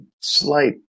slight